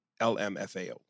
LMFAO